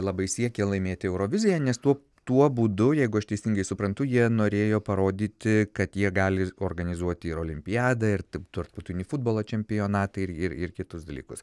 labai siekė laimėti euroviziją nes tuo tuo būdu jeigu aš teisingai suprantu jie norėjo parodyti kad jie gali organizuoti ir olimpiadą ir taip tarptautinį futbolo čempionatą ir ir kitus dalykus